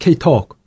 K-Talk